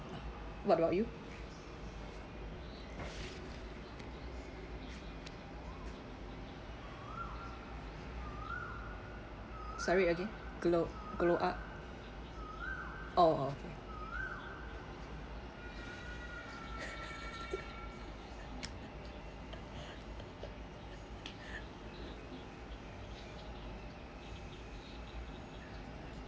what about you sorry again glow glow up oh oh okay